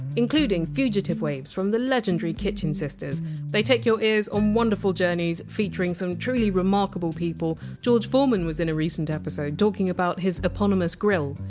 including fugitive waves from the legendary kitchen sisters they take your ears on wonderful journeys, featuring some truly remarkable people. george foreman was in a recent episode, talking about his eponymous grill.